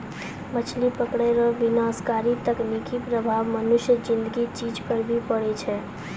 मछली पकड़ै रो विनाशकारी तकनीकी प्रभाव मनुष्य ज़िन्दगी चीज पर भी पड़ै छै